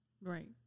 Right